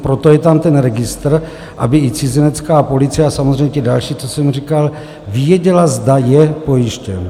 Proto je tam ten registr, aby i cizinecká policie a samozřejmě ti další, co jsem říkal, věděli, zda je pojištěn.